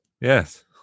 yes